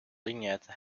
lynette